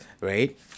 right